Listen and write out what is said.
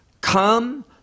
come